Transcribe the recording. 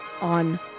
on